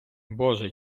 боже